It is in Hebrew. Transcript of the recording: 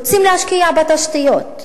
רוצים להשקיע בתשתיות,